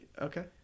Okay